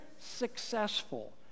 successful